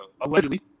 allegedly